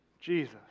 Jesus